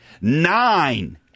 Nine